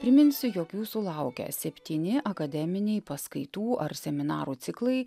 priminsiu jog jūsų laukia septyni akademiniai paskaitų ar seminarų ciklai